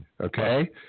Okay